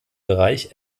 bereich